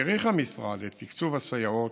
האריך המשרד את תקצוב הסייעות